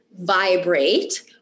vibrate